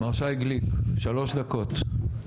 מר שי גליק שלוש דקות.